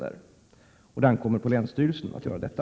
Det ankommer på länsstyrelsen att göra detta.